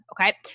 Okay